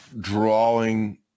drawing